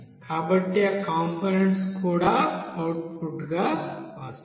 కాబట్టి ఆ కంపోనెంట్స్ కూడా అవుట్పుట్గా వస్తాయి